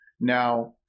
Now